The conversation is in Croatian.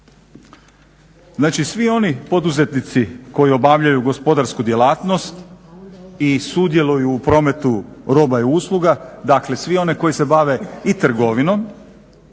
Znači, svi oni poduzetnici koji obavljaju gospodarsku djelatnost i sudjeluju u prometu roba i usluga, dakle svi oni koji se bave i trgovinom,